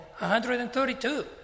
132